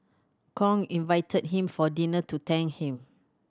Kong invited him for dinner to thank him